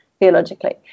theologically